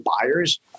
buyers